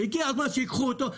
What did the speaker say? הגיע הזמן שייקחו אותו,